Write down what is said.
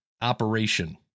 Operation